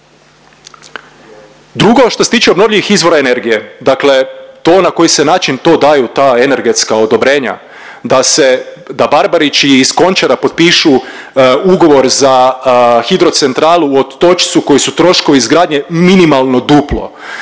Drugo što se tiče obnovljivih izvora energije, dakle to na koji se način to daju ta energetska odobrenja da se, da Barbarić i iz Končara potpišu ugovor za hidrocentralu u Otočcu koji su troškovi izgradnje minimalno duplo,